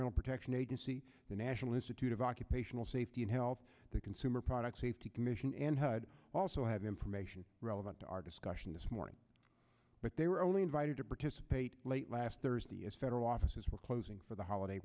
environmental protection agency the national institute of occupational safety and health the consumer product safety commission and hud also had information relevant to our discussion this morning but they were only invited to participate late last thursday as federal offices were closing for the holiday